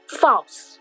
false